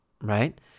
right